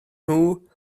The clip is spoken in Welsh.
nhw